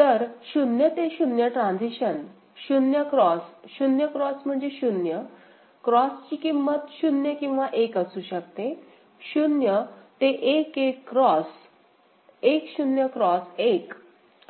तर 0 ते 0 transition 0 X 0 X म्हणजे 0 X ची किंमत 0 किंवा 1 असू शकते 0 ते 1 1 X 1 0 X 1